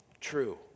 true